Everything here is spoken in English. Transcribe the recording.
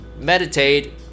meditate